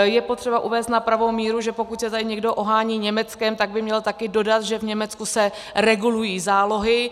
Je potřeba uvést na pravou míru, že pokud se tady někdo ohání Německem, měl by taky dodat, že v Německu se regulují zálohy.